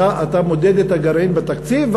אתה מודד את הגירעון בתקציב,